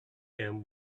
him